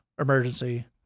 emergency